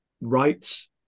rights